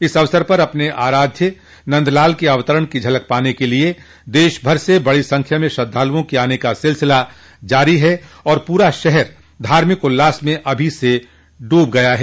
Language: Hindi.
इस अवसर पर अपने आराध्य नन्दलाल के अवतरण की झलक पाने के लिये देश भर से बड़ी संख्या में श्रद्वालुओं के आने का सिलसिला जारी है और पूरा शहर धार्मिक उल्लास में अभी से डूब चला है